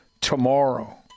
tomorrow